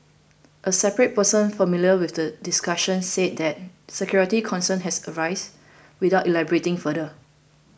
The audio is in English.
a separate person familiar with the discussions said that security concerns had arisen without elaborating further